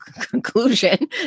conclusion